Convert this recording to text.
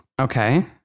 Okay